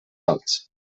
alts